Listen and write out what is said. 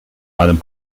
einem